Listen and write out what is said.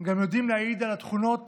גם יודעים להעיד על התכונות